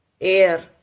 air